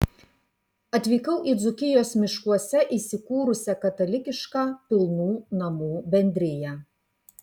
atvykau į dzūkijos miškuose įsikūrusią katalikišką pilnų namų bendriją